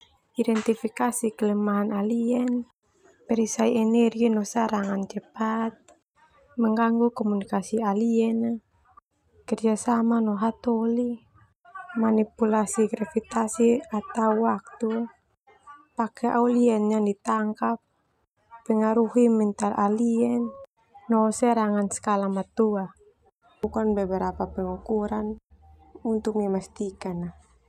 Identifikasi kelemahan alien, perisai energi, menggangu komunikasi Alien, kerjasama no hatoli Alien, manipulasi gavitasi atau waktu, pakai Alien yang ditangkap, pengaruhi mental alien no skala pengukuran matua, tukan beberapa pengaturan untuk memastikan.